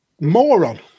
moron